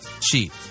cheap